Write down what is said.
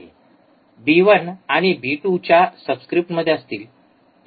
पुन्हा बी १ आणि बी २ सबस्क्रिप्टमध्ये असतील